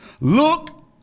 Look